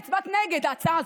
נגד אורית מלכה סטרוק,